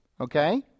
okay